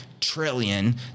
trillion